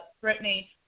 Brittany